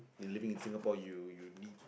you living in Singapore you you need